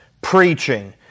preaching